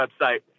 website